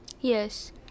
yes